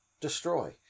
destroy